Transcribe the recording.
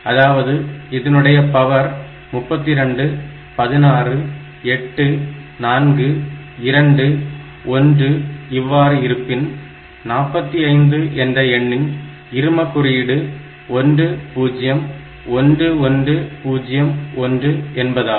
அதாவது இதனுடைய பவர் 32 16 8 4 2 1 இவ்வாறு இருப்பின் 45 என்ற எண்ணின் இரும எண் குறியீடு 1 0 1 1 0 1 என்பதாகும்